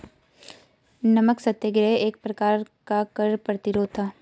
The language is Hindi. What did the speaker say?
नमक सत्याग्रह एक प्रकार का कर प्रतिरोध था